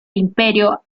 imperio